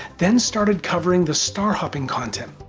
then started covering the star hopping content.